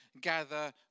gather